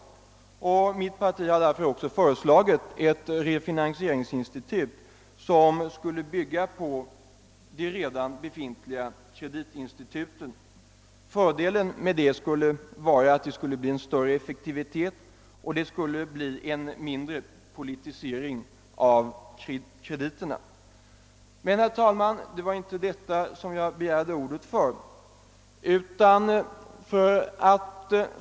Mitt parti har därför också föreslagit ett refinansieringsinstitut, som skulle bygga på de redan befintliga kreditinstituten. Fördelen med detta skulle bli större effektivitet och mindre politisering av krediterna. Men, herr talman, det var inte för att säga detta som jag begärde ordet.